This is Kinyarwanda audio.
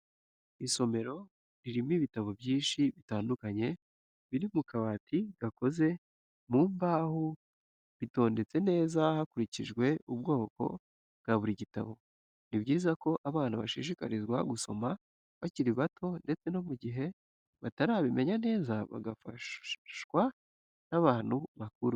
Isomero ririmo ibitabo byinshi bitandukanye biri mu kabati gakoze mu mbaho bitondetse neza hakurikijwe ubwoko bwa buri gitabo. Ni byiza ko abana bashishikarizwa gusoma bakiri bato ndetse no mu gihe batarabimenya neza bagafashwa n'abantu bakuru.